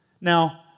Now